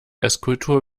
esskultur